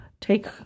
take